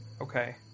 Okay